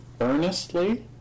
earnestly